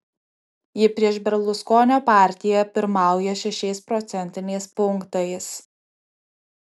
ji prieš berluskonio partiją pirmauja šešiais procentiniais punktais